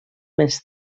més